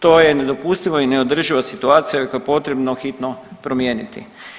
To je nedopustivo i neodrživa situacija koju je potrebno hitno promijeniti.